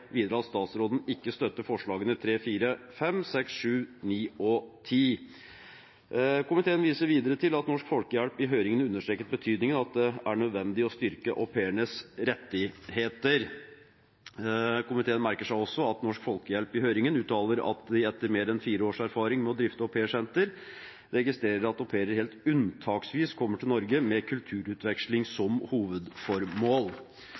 videre at statsråden ikke støtter forslagene nr. 3, 4, 5, 6, 7, 9 og 10. Komiteen viser videre til at Norsk Folkehjelp i høringen understreket betydningen av at det er nødvendig å styrke au pairenes rettigheter. Komiteen merker seg også at Norsk Folkehjelp i høringen uttaler at de etter mer enn fire års erfaring med å drifte aupairsenteret registrerer at au pairer helt unntaksvis kommer til Norge med kulturutveksling